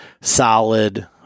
solid